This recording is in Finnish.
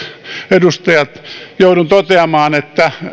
edustajat joudun toteamaan että